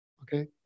Okay